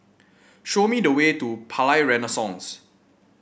show me the way to Palais Renaissance